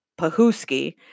Pahuski